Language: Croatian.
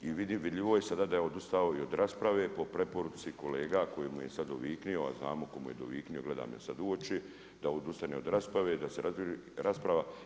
I vidljivo je sada da je odustao i od rasprave po preporuci kolega koji mu je sad doviknuo, a znamo tko mu je doviknuo, gleda me sad u oči, da odustane od raspravi, da se rasprava.